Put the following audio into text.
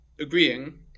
agreeing